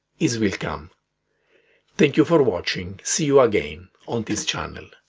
is welcome! thank you for watching, see you again on this channel.